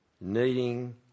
needing